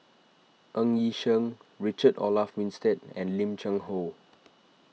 Ng Yi Sheng Richard Olaf Winstedt and Lim Cheng Hoe